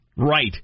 Right